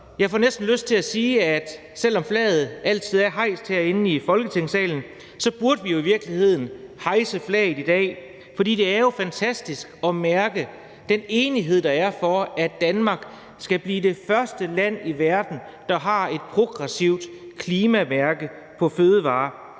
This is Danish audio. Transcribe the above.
Jeg får næsten lyst til at sige, at selv om flaget altid er hejst herinde i Folketingssalen, burde vi jo i virkeligheden hejse flaget i dag, for det er jo fantastisk at mærke den enighed, der er for, at Danmark skal blive det første land i verden, der har et progressivt klimamærke på fødevarer.